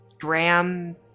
Graham